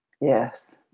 Yes